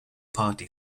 party